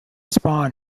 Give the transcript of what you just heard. spawn